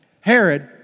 Herod